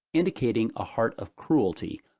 indicating a heart of cruelty,